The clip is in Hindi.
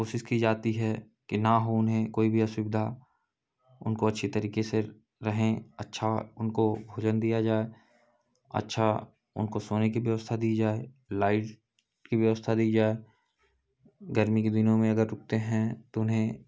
कोशिश की जाती है कि न हो उन्हें कोई भी असुविधा उनको अच्छे तरीके से रहे अच्छा उनको भोजन दिया जाए अच्छी उनको सोने की व्यवस्था दी जाए लाइट की व्यवस्था दी जाए गर्मी के दिनों में अगर रुकते हैं तो उन्हें